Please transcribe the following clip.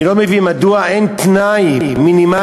אני לא מבין מדוע אין תנאי מינימלי,